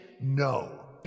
no